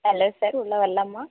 hello sir உள்ளே வரலாமா